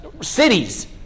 cities